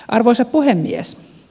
arvoisa puhemies